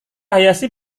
hayashi